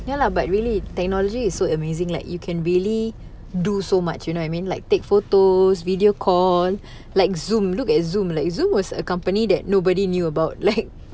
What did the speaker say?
ya lah but really technology is so amazing like you can really do so much you know what I mean like take photos video call like zoom look at zoom like zoom was a company that nobody knew about like